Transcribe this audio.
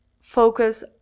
focus